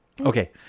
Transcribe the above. Okay